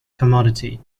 commodity